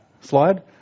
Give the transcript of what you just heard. slide